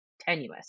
tenuous